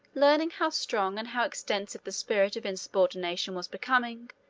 learning how strong and how extensive the spirit of insubordination was becoming,